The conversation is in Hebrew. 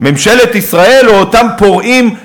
ממשלת ישראל או אותם פורעים,